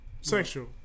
Sexual